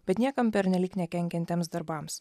bet niekam pernelyg nekenkiantiems darbams